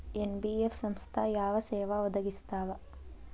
NBF ಸಂಸ್ಥಾ ಯಾವ ಸೇವಾ ಒದಗಿಸ್ತಾವ?